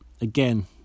Again